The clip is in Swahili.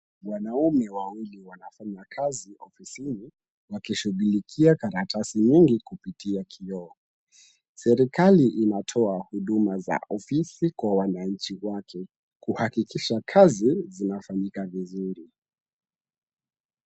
Wanaume wawili wanafanya kazi ofisini wakishughulikia karatasi nyingi kupitia kioo. Serikali inatoa huduma za ofisi kwa wananchi wake kuhakikisha kazi zinafanyika vizuri.